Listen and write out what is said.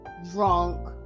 Drunk